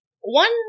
one